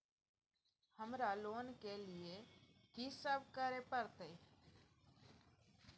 हमरा लोन के लिए की सब करे परतै?